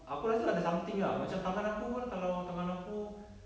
aku rasa ada something ah macam tangan aku pun kalau tangan aku